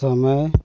समय